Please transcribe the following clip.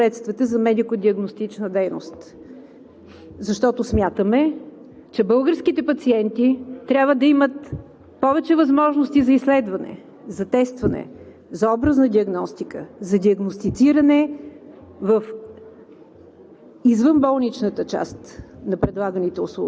Нашето предложение например касае увеличаване на средствата за медико-диагностична дейност, защото смятаме, че българските пациенти трябва да имат повече възможности за изследване, за тестване, за образна диагностика, за диагностициране в